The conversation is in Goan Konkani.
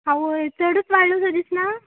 आवोय चडूच वाडलो सो दिसना